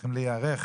צריכים להיערך